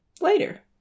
later